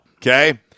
Okay